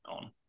on